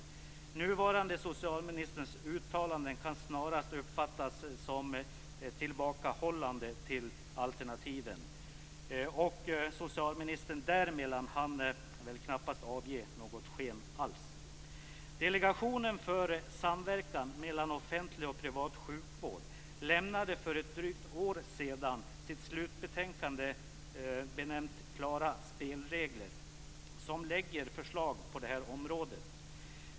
Den nuvarande socialministerns uttalanden kan snarast uppfattas som att man vill tillbakahålla alternativen. Socialministern däremellan hann knappast avge något sken alls. Delegationen för samverkan mellan offentlig och privat sjukvård lämnade för ett drygt år sedan sitt slutbetänkande, Klara spelregler, där det finns förslag på det här området.